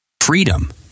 Freedom